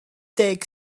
deg